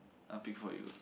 I'll pick for you